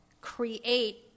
create